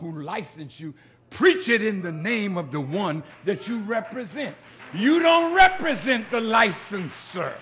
who licensed you preach it in the name of the one that you represent you don't represent the license for